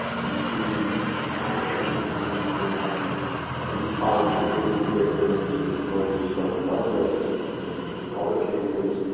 we see complications in in the response in getting to victims in marjorie stoneman douglas, and in in other cases.